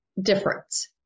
difference